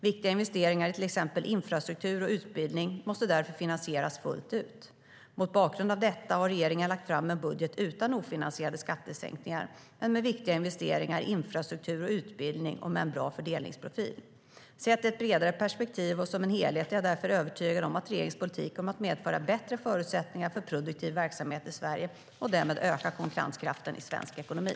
Viktiga investeringar i till exempel infrastruktur och utbildning måste därför finansieras fullt ut. Mot bakgrund av detta har regeringen lagt fram en budget utan ofinansierade skattesänkningar men med viktiga investeringar i infrastruktur och utbildning och med en bra fördelningsprofil. Sett i ett bredare perspektiv och som en helhet är jag därför övertygad om att regeringens politik kommer att medföra bättre förutsättningar för produktiv verksamhet i Sverige och därmed öka konkurrenskraften i svensk ekonomi.